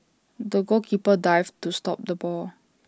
the goalkeeper dived to stop the ball